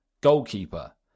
goalkeeper